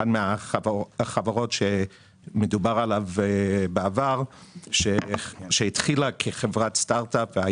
אחת החברות שמדובר עליו בעבר שהתחילה כחברת סטארט אפ.